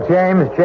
James